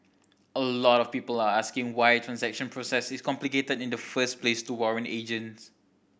a lot of people are asking why transaction process is complicated in the first place to warrant agents